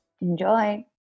Enjoy